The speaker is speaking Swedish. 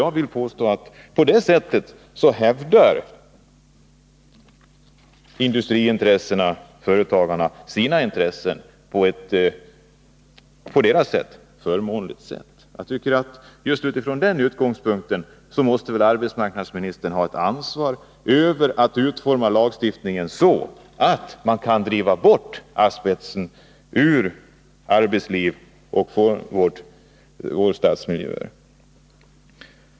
Jag vill påstå att industrin, företagarna, hävdar sina intressen på ett för dem förmånligt sätt. Just utifrån denna synpunkt måste arbetsmarknadsministern ha ett ansvar för att lagstiftningen utformas så, att man kan driva bort asbest ur vårt arbetsliv och våra stadsmiljöer.